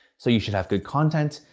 so you should have good content,